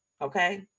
okay